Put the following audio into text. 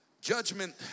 Judgment